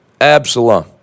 Absalom